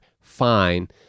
fine